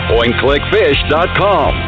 PointClickFish.com